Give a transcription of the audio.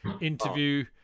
interview